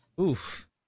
Oof